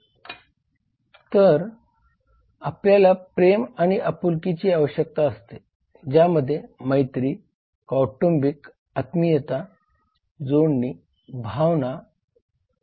मग आपल्याला प्रेम आणि आपुलकी आवश्यकता असते ज्यामध्ये मैत्री कौटुंबिक आत्मीयता जोडणी भावना इ